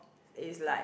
is like